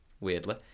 weirdly